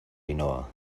ainhoa